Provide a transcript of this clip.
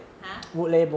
!huh!